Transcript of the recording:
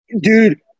Dude